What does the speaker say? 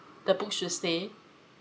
the books should stay